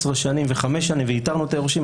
שנים וחמש שנים ואיתרנו את היורשים,